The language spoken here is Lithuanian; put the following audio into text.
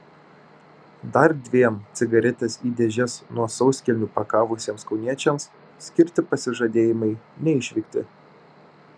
dar dviem cigaretes į dėžes nuo sauskelnių pakavusiems kauniečiams skirti pasižadėjimai neišvykti